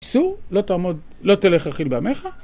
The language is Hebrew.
איסור לא תעמוד, לא תלך רכיל בעמך